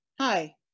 Hi